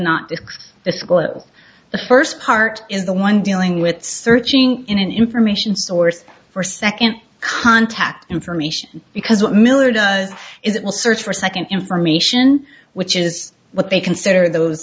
school the first part is the one dealing with searching in an information source for second contact information because what miller does is it will search for second information which is what they consider those